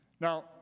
Now